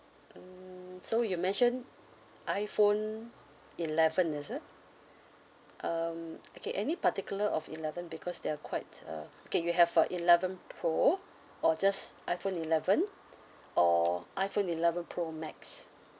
mm so you mentioned iphone eleven is it um okay any particular of eleven because they are quite uh okay you have a eleven pro or just iphone eleven or iphone eleven pro max